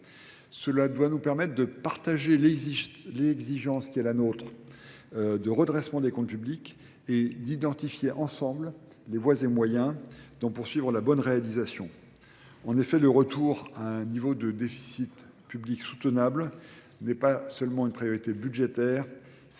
Cela doit nous permettre de partager les exigences qui est la nôtre de redressement des comptes publics et d'identifier ensemble les voies et moyens dont poursuivre la bonne réalisation. En effet, le retour à un niveau de déficit public soutenable n'est pas seulement une priorité budgétaire,